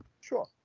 Sure